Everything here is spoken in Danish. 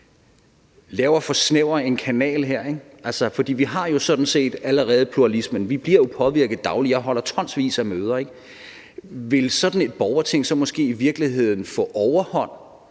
laver en for snæver kanal her, ikke? Altså, for vi har jo sådan set allerede pluralismen. Vi bliver jo påvirket dagligt. Jeg holder tonsvis af møder. Vil sådan et borgerting så måske i virkeligheden få overhånd